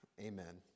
Amen